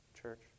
church